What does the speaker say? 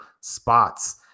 spots